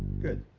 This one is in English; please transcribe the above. good.